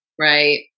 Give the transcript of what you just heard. right